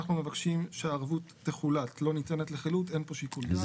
אנחנו מבקשים שהערבות תחולט ולא ניתנת לחילוט כי אין פה שיקול דעת.